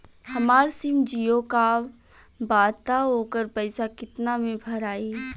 हमार सिम जीओ का बा त ओकर पैसा कितना मे भराई?